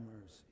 mercy